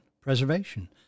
preservation